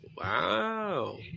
Wow